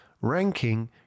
ranking